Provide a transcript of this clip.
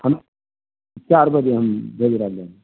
हम चार बजे हम भेज रहलहुँ हँ